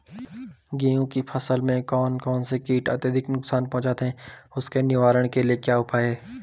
गेहूँ की फसल में कौन कौन से कीट अत्यधिक नुकसान पहुंचाते हैं उसके निवारण के क्या उपाय हैं?